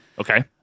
Okay